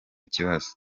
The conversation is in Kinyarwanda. kibazo